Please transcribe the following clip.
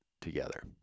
together